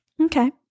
Okay